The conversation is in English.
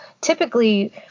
typically